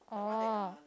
oh